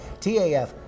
TAF